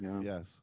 yes